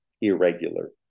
irregular